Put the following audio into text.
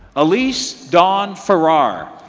elise dawn ferrar.